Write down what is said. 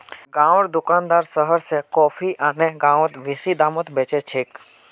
गांउर दुकानदार शहर स कॉफी आने गांउत बेसि दामत बेच छेक